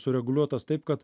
sureguliuotas taip kad